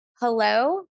hello